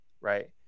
right